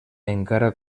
encara